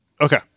Okay